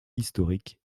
historique